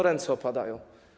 Ręce opadają.